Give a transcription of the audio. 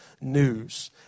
news